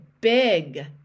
big